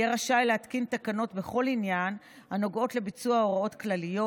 יהיה רשאי להתקין תקנות בכל עניין הנוגע לביצוע הוראות כלליות,